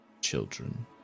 children